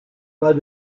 pas